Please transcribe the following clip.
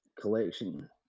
collection